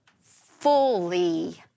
fully